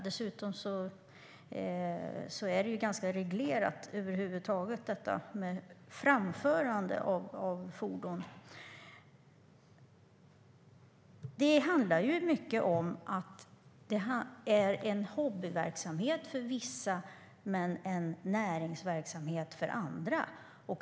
Dessutom är framförande av fordon ganska reglerat över huvud taget. Det handlar mycket om att det är en hobbyverksamhet för vissa men en näringsverksamhet för andra.